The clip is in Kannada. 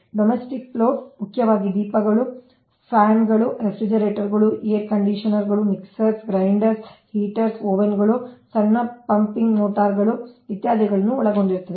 ಡೊಮೆಸ್ಟಿಕ್ ಲೋಡ್ ಮುಖ್ಯವಾಗಿ ದೀಪಗಳು ಫ್ಯಾನ್ಗಳು ರೆಫ್ರಿಜರೇಟರ್ಗಳು ಏರ್ ಕಂಡಿಷನರ್ಗಳು ಮಿಕ್ಸರ್ ಗ್ರೈಂಡರ್ಗಳು ಹೀಟರ್ಗಳು ಓವನ್ಗಳು ಸಣ್ಣ ಪಂಪಿಂಗ್ ಮೋಟಾರ್ಗಳು ಇತ್ಯಾದಿಗಳನ್ನು ಒಳಗೊಂಡಿರುತ್ತದೆ